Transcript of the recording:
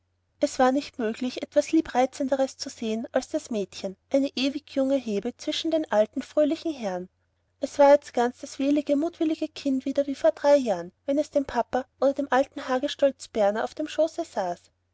es war nicht möglich etwas liebreizenderes zu sehen als das mädchen eine ewig junge hebe zwischen den alten fröhlichen herren es war jetzt ganz das wählige mutwillige kind wieder wie vor drei jahren wenn es dem papa oder dem alten hagestolz berner auf dem schoße saß